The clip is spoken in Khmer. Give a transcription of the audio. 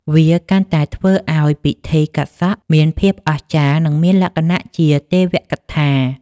វាកាន់តែធ្វើឱ្យពិធីកាត់សក់មានភាពអស្ចារ្យ និងមានលក្ខណៈជាទេវកថា។